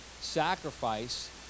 sacrifice